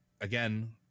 again